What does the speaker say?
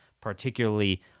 particularly